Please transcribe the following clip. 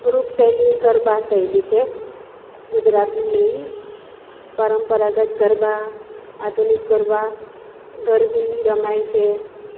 group શૈલી એ ગરબા શૈલી છે ગુજરાતની મેઈન પરંપરાગત ગરબા આધુનિક ગરબા ગરબી રમાય છે